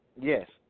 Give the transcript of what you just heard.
Yes